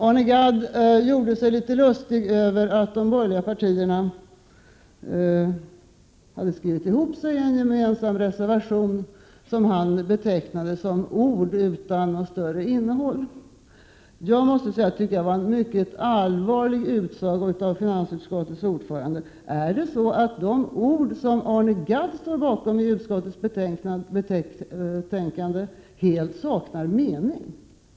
Arne Gadd gjorde sig litet lustig över att de borgerliga partierna hade skrivit ihop sig om en gemensam reservation, som han betecknade som ord utan något större innehåll. Jag måste säga att det tycker jag var en mycket allvarlig utsago av finansutskottets ordförande. Är det så att de ord som Arne Gadd står bakom i utskottets betänkande helt saknar mening?